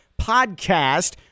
podcast